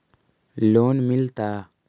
Loan मिलता?